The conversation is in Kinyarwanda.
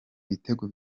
bitego